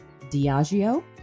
Diageo